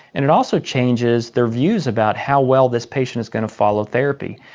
and it also changes their views about how well this patient is going to follow therapy.